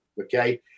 okay